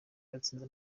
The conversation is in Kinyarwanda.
batsinze